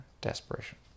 desperation